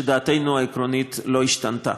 דעתנו העקרונית לא השתנתה.